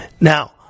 Now